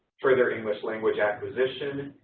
further english language acquisition,